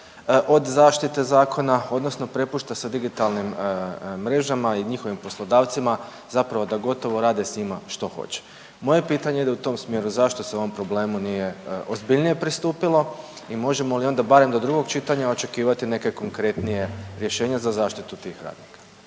od zaštite zakona odnosno prepušta se digitalnim mrežama i njihovim poslodavcima zapravo da gotovo rade s njima što hoće. Moje pitanje ide u tom smjeru zašto se ovom problemu nije ozbiljnije pristupilo i možemo li onda barem do drugog čitanja očekivati neke konkretnija rješenja za zaštitu tih radnika?